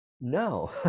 No